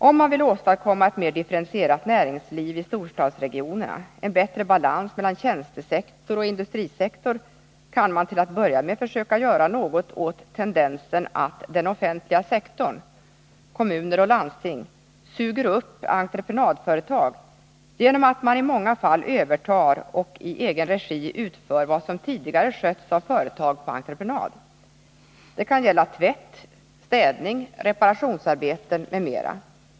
Om man vill åstadkomma ett mer differentierat näringsliv i storstadsregionerna, en bättre balans mellan tjänstesektor och industrisektor kan man till att börja med försöka göra något åt tendensen att den offentliga sektorn — kommuner och landsting — ”suger upp” entreprenadföretag genom att man i många fall övertar och i egen regi utför vad som tidigare skötts av företag på entreprenad. Det kan gälla tvätt, städning, reparationsarbeten m.m.